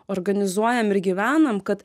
organizuojam ir gyvenam kad